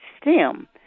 stem